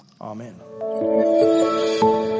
amen